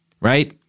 Right